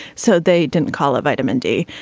so they didn't call it vitamin d.